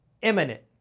imminent